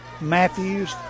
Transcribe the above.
Matthews